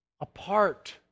apart